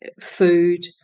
food